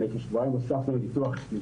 לפני כשבועיים, הוספנו ניתוח שלישי,